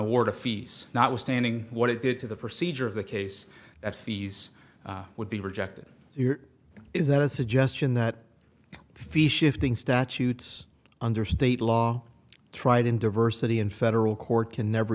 award of fees not withstanding what it did to the procedure of the case that fees would be rejected is that a suggestion that fee shifting statutes under state law tried in diversity in federal court can never